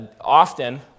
often